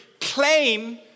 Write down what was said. claim